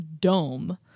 dome